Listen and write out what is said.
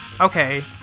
Okay